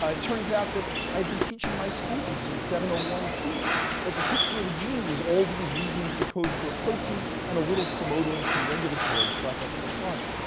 ah it turns out that i'd been teaching my students and one two that the picture of a gene was all these regions that code for a protein, and a little promoter and some regulatory stuff up at the front.